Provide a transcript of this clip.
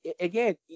again